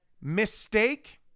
mistake